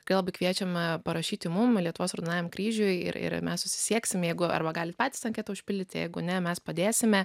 labai kviečiame parašyti mum lietuvos raudonajam kryžiui ir ir mes susisieksime jeigu arba galit patys anketą užpildyti jeigu ne mes padėsime